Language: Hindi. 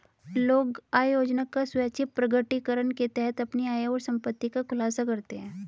लोग आय योजना का स्वैच्छिक प्रकटीकरण के तहत अपनी आय और संपत्ति का खुलासा करते है